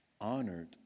honored